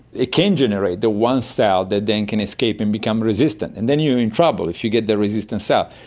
it can generate the one cell that then can escape and become resistant, and then you're in trouble if you get the resistant cell.